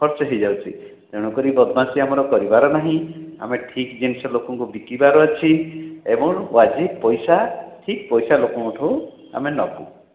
ଖର୍ଚ୍ଚ ହେଇଯାଉଛି ତେଣୁକରି ବଦମାସୀ ଆମର କରିବାର ନାହିଁ ଆମେ ଠିକ୍ ଜିନିଷ ଲୋକଙ୍କୁ ବିକିବାର ଅଛି ଏବଂ ୱାଜିତ୍ ପଇସା ଠିକ୍ ପଇସା ଲୋକଙ୍କଠୁ ଆମେ ନେବୁ